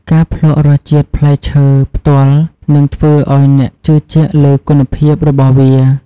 ការភ្លក្សរសជាតិផ្លែឈើផ្ទាល់នឹងធ្វើឱ្យអ្នកជឿជាក់លើគុណភាពរបស់វា។